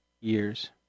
years